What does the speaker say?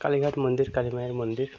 কালীঘাট মন্দির কালি মায়ের মন্দির